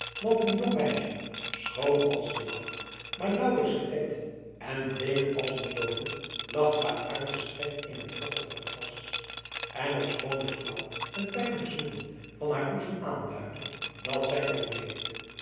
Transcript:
want een jong meisje schoon als de dag maar nauwelijks gedekt en bleek als een doode lag daar uitgestrekt in het vochtige gras en ofschoon het flauw en pijnlijk zwoegen van haar boezem aanduidde dat zij nog leefde